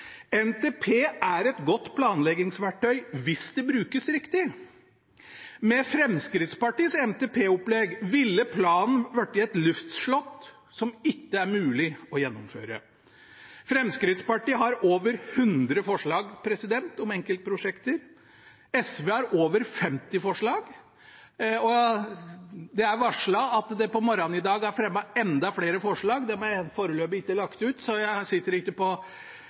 NTP er et godt planleggingsverktøy hvis det brukes riktig. Med Fremskrittspartiets NTP-opplegg ville planen blitt et luftslott som det ikke er mulig å gjennomføre. Fremskrittspartiet har over 100 forslag om enkeltprosjekter. SV har over 50 forslag. Det er varslet at det på morgenen i dag er fremmet enda flere forslag. De er foreløpig ikke lagt ut, så jeg sitter ikke på